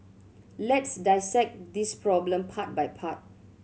let's dissect this problem part by part